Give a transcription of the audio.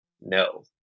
no